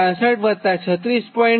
62 36